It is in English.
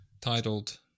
titled